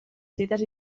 cites